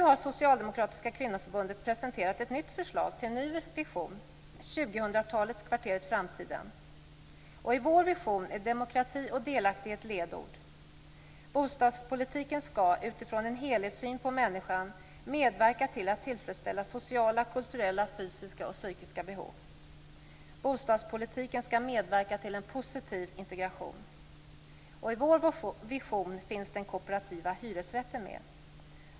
Nu har Socialdemokratiska kvinnoförbundet presenterat ett nytt förslag till en ny vision - 2000-talets Kvarteret Framtiden. Och i vår vision är demokrati och delaktighet ledord. Bostadspolitiken skall, utifrån en helhetssyn på människan, medverka till att tillfredsställa sociala, kulturella, fysiska och psykiska behov. Bostadspolitiken skall medverka till en positiv integration. Och i vår vision finns den kooperativa hyresrätten med.